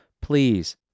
please